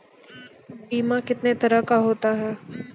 बीमा कितने तरह के होते हैं?